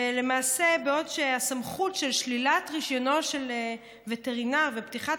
ולמעשה בעוד שלילת רישיונו של וטרינר ופתיחת